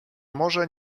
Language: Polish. może